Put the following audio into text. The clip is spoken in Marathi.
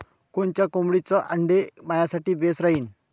कोनच्या कोंबडीचं आंडे मायासाठी बेस राहीन?